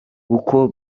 uko